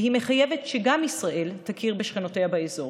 והיא מחייבת שגם ישראל תכיר בשכנותיה באזור.